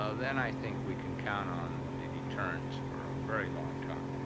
ah then i think we can count on the deterrence for a very long time.